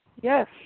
Yes